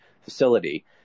facility